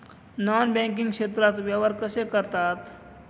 Non banking क्षेत्रात व्यवहार कसे करतात?